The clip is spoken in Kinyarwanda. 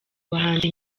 bahanzi